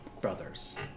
brothers